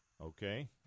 Okay